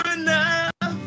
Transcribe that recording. enough